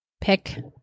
pick